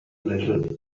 little